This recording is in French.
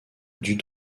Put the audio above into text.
dut